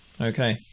Okay